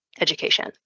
education